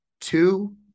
two